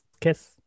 kiss